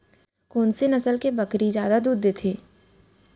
कोन से नस्ल के बकरी जादा दूध देथे